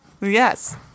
Yes